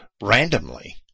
randomly